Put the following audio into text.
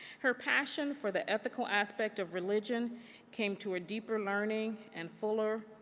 her passion for the ethical aspect of religion came to a deeper learning and fuller,